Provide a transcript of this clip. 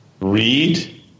read